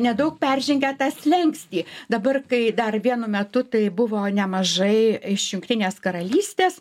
nedaug peržengę tą slenkstį dabar kai dar vienu metu tai buvo nemažai iš jungtinės karalystės